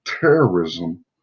terrorism